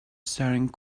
staring